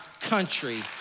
country